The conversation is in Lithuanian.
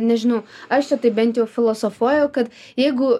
nežinau aš čia tai bent jau filosofuoju kad jeigu